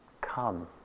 come